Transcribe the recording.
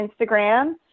Instagram